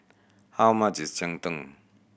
how much is cheng tng